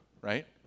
right